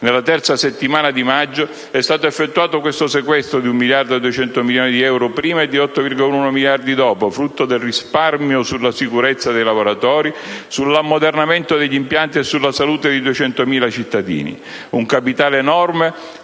Nella terza settimana di maggio è stato effettuato questo sequestro di 1,2 miliardi di euro prima e di 8,1 miliardi dopo, frutto del risparmio sulla sicurezza dei lavoratori, sull'ammodernamento degli impianti e sulla salute di 200.000 cittadini. Un capitale enorme